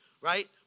right